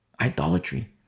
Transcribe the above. Idolatry